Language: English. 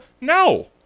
No